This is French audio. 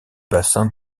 bassin